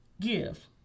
give